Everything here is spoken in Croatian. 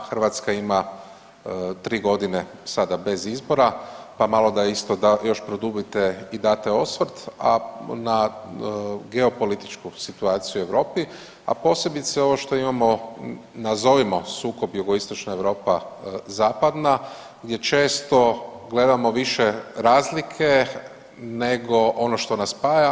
Hrvatska ima 3 godine sada bez izbora pa malo da isto još produbite i date osvrt, a na geopolitičku situaciju u Europi, a posebice ovo što imamo nazovimo sukob jugoistočna Europa zapadna je često gledamo više razlike nego ono što nas spaja.